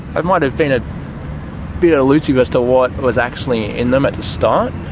i might have been a bit elusive as to what was actually in them at the start,